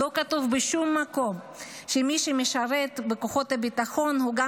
לא כתוב בשום מקום שמי שמשרת בכוחות הביטחון הוא גם